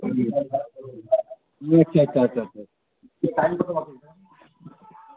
আচ্ছা আচ্ছা আচ্ছা আচ্ছা